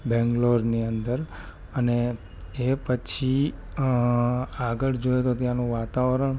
બેંગલોરની અંદર અને એ પછી આગળ જોયું તો ત્યાંનું વાતાવરણ